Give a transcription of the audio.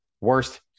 Worst